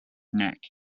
neck